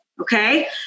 okay